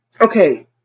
Okay